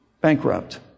bankrupt